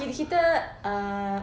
kita kita uh